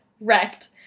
wrecked